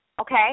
okay